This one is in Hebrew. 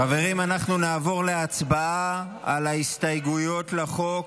חברים, אנחנו נעבור להצבעה על ההסתייגויות לחוק.